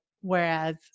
Whereas